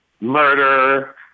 murder